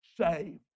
saved